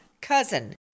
cousin